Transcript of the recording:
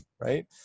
right